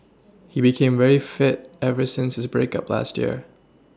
he became very fit ever since his break up last year